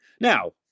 Now